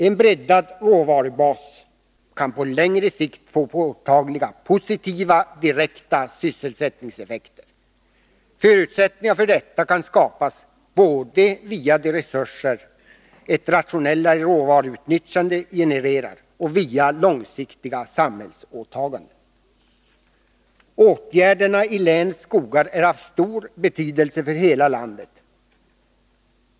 En breddad råvarubas kan på längre sikt få påtagliga positiva direkta sysselsättningseffekter. Förutsättningar för detta kan skapas både via de resurser ett rationellare råvaruutnyttjande genererar och via långsiktiga samhällsåtaganden. Åtgärderna i länets skogar är av stor betydelse för hela landet.